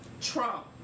Trump